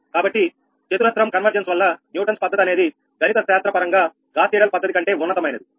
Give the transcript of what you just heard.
కాబట్టి చతురస్రం కన్వర్జెన్స్ వల్ల న్యూటన్స్ పద్ధతి అనేది గణిత శాస్త్ర పరంగా గాస్ సీడెల్ పద్ధతి కంటే ఉన్నతమైనది